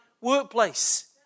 workplace